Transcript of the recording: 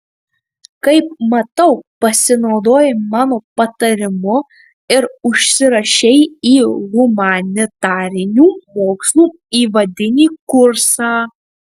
kaip matau pasinaudojai mano patarimu ir užsirašei į humanitarinių mokslų įvadinį kursą